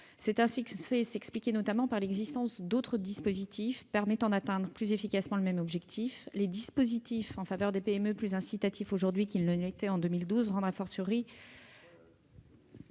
Cela s'expliquait notamment par l'existence d'autres régimes permettant d'atteindre plus efficacement le même objectif. Les dispositifs en faveur des PME, plus incitatifs aujourd'hui qu'ils ne l'étaient en 2012, rendent, de notre